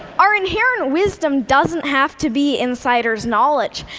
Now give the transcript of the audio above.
our inherent wisdom doesn't have to be insider's knowledge.